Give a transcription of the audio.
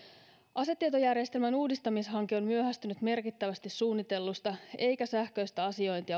asetietojärjestelmän uudistamishanke on myöhästynyt merkittävästi suunnitellusta eikä sähköistä asiointia